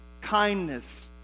kindness